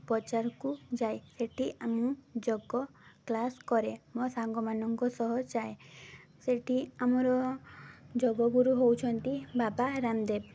ପଚାରକୁ ଯାଏ ସେଠି ମୁଁ ଯୋଗ କ୍ଲାସ୍ କରେ ମୋ ସାଙ୍ଗମାନଙ୍କ ସହ ଯାଏ ସେଠି ଆମର ଯୋଗଗୁରୁ ହେଉଛନ୍ତି ବାବା ରାମଦେବ